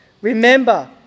Remember